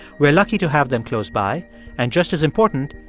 we are lucky to have them close by and, just as important,